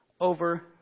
over